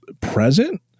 present